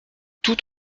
tout